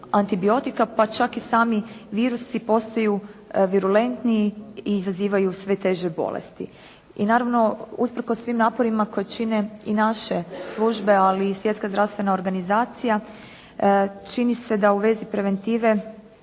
antibiotika, pa čak i sami virusi postaju virulentniji i izazivaju sve teže bolesti. I naravno, usprkos svim naporima koje čine i naše službe, ali i Svjetska zdravstvena organizacija čini se da u vezi preventive